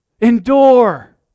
Endure